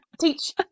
Teach